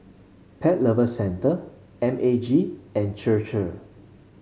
Pet Lover Centre M A G and Chir Chir